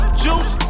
juice